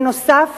נוסף